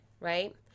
Right